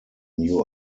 new